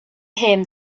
him